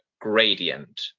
gradient